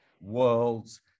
worlds